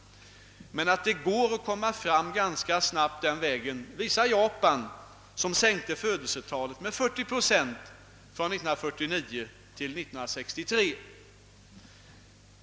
Men att det går att komma fram ganska snabbt på den vägen visar Japan, där födelsetalet sänkts med 40 procent från 1949 till 1963.